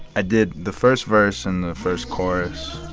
i did the first verse and the first chorus.